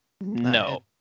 No